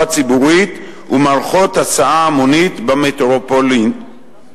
ציבורית ומערכות הסעה המונית במטרופולינים.